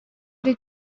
эрэ